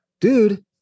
dude